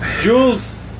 Jules